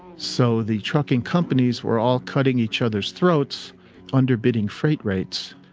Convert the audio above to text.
so the trucking companies were all cutting each other's throats under bidding freight rates.